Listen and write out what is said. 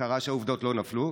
קרה שהעובדות לא נפלו.